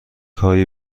هایی